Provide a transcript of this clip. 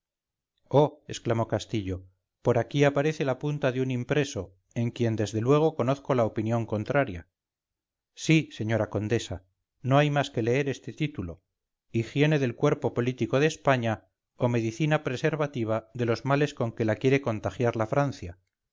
exclamó castillo por aquí aparece la punta de un impreso en quien desde luego conozco la opinión contraria sí señora condesa no hay más que leer este título higiene del cuerpo político de españa o medicina preservativa de los males con que la quiere contagiar la francia